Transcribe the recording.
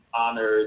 honored